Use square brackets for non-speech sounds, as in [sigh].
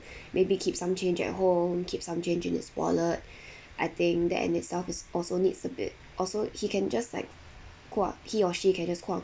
[breath] maybe keep some change at home keep some change in his wallet [breath] I think that in itself is also needs a bit also he can just like he or she can just